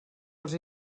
els